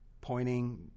Pointing